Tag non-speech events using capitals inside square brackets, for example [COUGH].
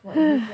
[NOISE]